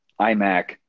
iMac